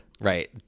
Right